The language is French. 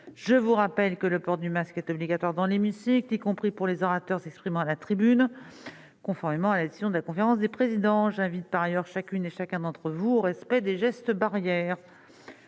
je vous rappelle que le port du masque est obligatoire dans l'hémicycle, y compris pour les orateurs s'exprimant à la tribune, conformément à la décision de la conférence des présidents. J'invite par ailleurs chacune et chacun d'entre vous à veiller au respect des gestes barrières.